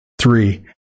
Three